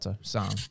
song